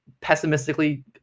pessimistically